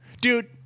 Dude